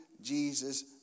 Jesus